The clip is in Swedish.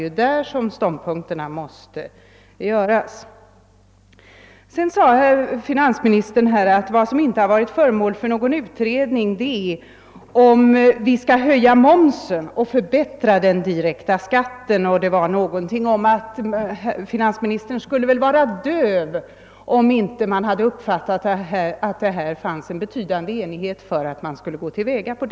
Vidare sade herr Sträng att något som inte varit föremål för någon utredning är om vi skall höja momsen och förbättra den direkta skatten och att finansministern väl skulle vara döv om han inte hade uppfattat att det fanns en betydande enighet beträffande detta tillvägagångssätt.